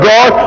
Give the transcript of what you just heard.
God